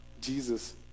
Jesus